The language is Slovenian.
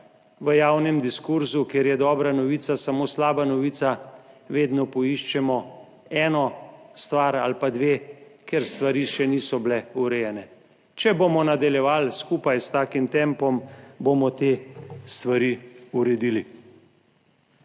v javnem diskurzu, kjer je dobra novica samo slaba novica, vedno poiščemo eno stvar ali pa dve, ker stvari še niso bile urejene. Če bomo nadaljevali skupaj s takim tempom, bomo te stvari uredili.